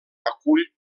acull